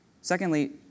Secondly